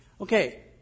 Okay